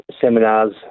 seminars